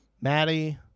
Maddie